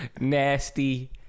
nasty